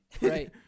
Right